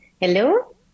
Hello